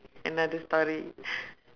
another story